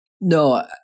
No